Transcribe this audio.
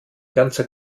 ganzer